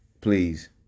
Please